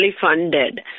funded